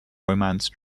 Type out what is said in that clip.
romance